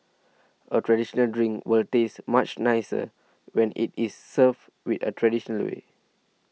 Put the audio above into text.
a traditional drink will taste much nicer when it is served with a traditional way